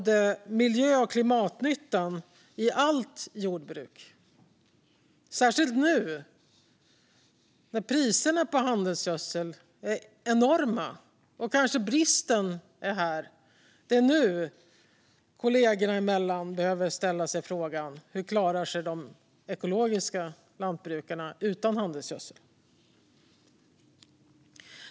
Det gäller särskilt nu när priserna på handelsgödsel är enorma och bristen kanske är här. Det är nu de ekologiska lantbrukarnas kollegor behöver ställa sig frågan hur dessa klarar sig utan handelsgödsel.